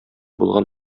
булган